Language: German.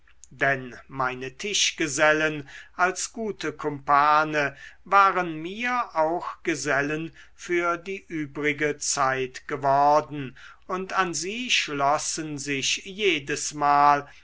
denn meine tischgesellen als gute kumpane waren mir auch gesellen für die übrige zeit geworden und an sie schlossen sich jedesmal